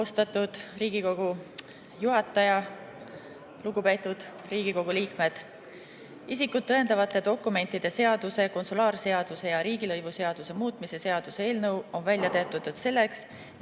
Austatud Riigikogu istungi juhataja! Lugupeetud Riigikogu liikmed! Isikut tõendavate dokumentide seaduse, konsulaarseaduse ja riigilõivuseaduse muutmise seaduse eelnõu on välja töötatud selleks, et